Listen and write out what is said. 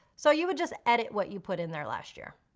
so you would just edit what you put in there last year.